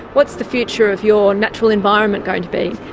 what's the future of your natural environment going to be?